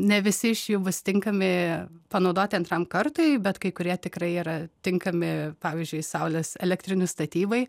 ne visi iš jų bus tinkami panaudoti antram kartui bet kai kurie tikrai yra tinkami pavyzdžiui saulės elektrinių statybai